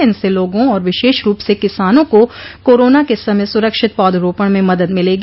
इनसे लोगों और विशेष रूप से किसानों को कोरोना के समय सुरक्षित पौधरोपण में मदद मिलेगी